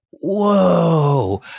whoa